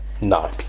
No